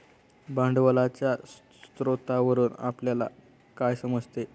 भांडवलाच्या स्रोतावरून आपल्याला काय समजते?